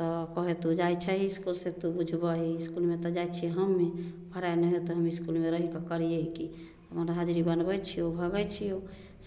तऽ कहे तू जाय छही इसकुल से तू बुझबही इसकुलमे तऽ जाइ छियै हमे पढाइ नहि है तऽ इसकुलमे हम रहि कऽ करियै की हम हाजरी बनबै छियौ भगै छियै